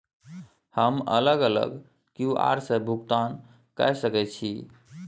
हम अलग अलग क्यू.आर से भुगतान कय सके छि?